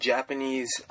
Japanese